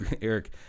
Eric